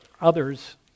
others